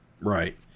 Right